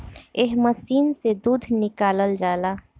एह मशीन से दूध निकालल जाला